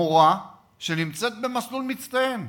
מורה שנמצאת במסלול של מצטיינים.